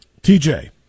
TJ